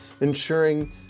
ensuring